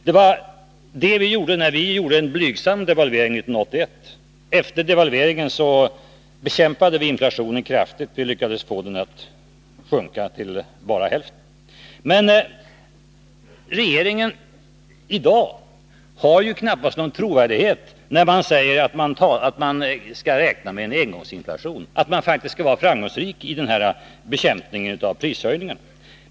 Det var det vi såg till när vi gjorde en blygsam devalvering 1981. Efter den devalveringen bekämpade vi inflationen kraftigt, och vi lyckades få den att sjunka till bara hälften. Men regeringen har i dag knappast någon trovärdighet, när den säger att man skall räkna med en engångsinflation och att regeringen faktiskt skall vara framgångsrik i denna bekämpning av prishöjningarna.